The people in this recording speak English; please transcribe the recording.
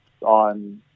on –